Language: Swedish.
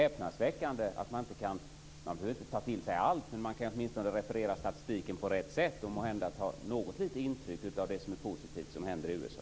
Man behöver inte ta till sig allt, men man kan åtminstone referera statistiken på rätt sätt och måhända ta något lite intryck av det positiva som händer i USA.